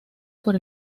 por